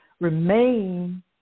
remain